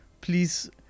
Please